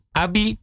abi